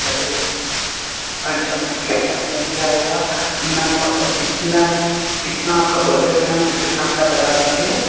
अच्छा वो अच्छा मैम सब मैम बन जाएगा मैम आपको कितना कितना आपका बजट है मैम उस हिसाब से आप बता दीजिएगा